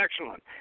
Excellent